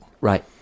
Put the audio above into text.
Right